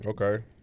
Okay